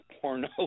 Porno